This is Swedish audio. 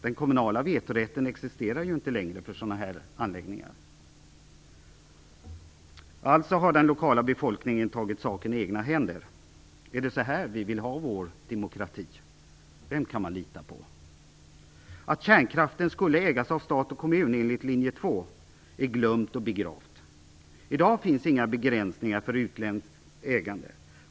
Den kommunala vetorätten existerar ju inte längre för sådana här anläggningar. Alltså har den lokala befolkningen tagit saken i egna händer. Är det så vi vill att vår lokala demokrati skall vara? Vem kan man lita på? Att kärnkraften skulle ägas av stat och kommun enligt Linje 2 är glömt och begravt. I dag finns det inga begränsningar för utländskt ägande.